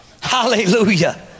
Hallelujah